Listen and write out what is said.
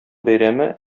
бәйрәме